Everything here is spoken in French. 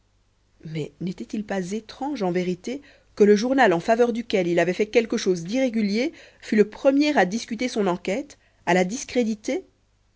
mais n'était-il pas étrange en vérité que le journal en faveur duquel il avait fait quelque chose d'irrégulier fût le premier à discuter son enquête à la discréditer